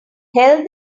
held